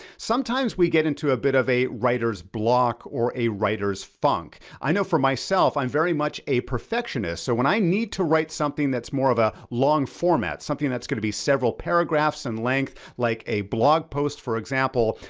sometimes we get into a bit of a writer's block or a writer's funk. i know for myself, i'm very much a perfectionist. so when i need to write something that's more of a long format, something that's gonna be several paragraphs in length, like a blog post for example,